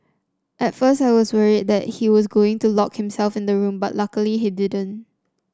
at first I was worried that he was going to lock himself in the room but luckily he didn't